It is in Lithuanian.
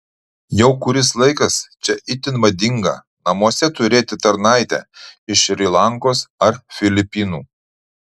jau kuris laikas čia itin madinga namuose turėti tarnaitę iš šri lankos ar filipinų